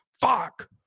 Fuck